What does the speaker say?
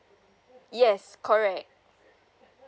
yes correct